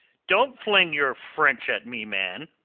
don't fling your french at me, man,